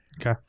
Okay